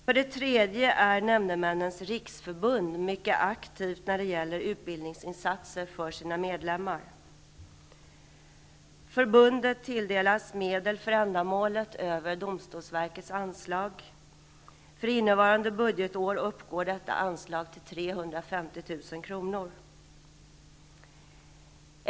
För det tredje är Nämndemännens Riksförbund mycket aktivt när det gäller utbildningsinsatser för sina medlemmar. Förbundet tilldelas medel för ändamålet över domstolsverkets anslag. För innevarande budgetår uppgår detta anslag till 350 000 kr.